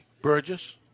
Burgess